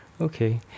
Okay